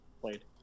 played